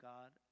God